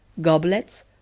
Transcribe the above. goblets